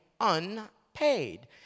unpaid